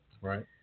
Right